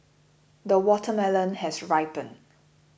the watermelon has ripened